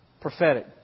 prophetic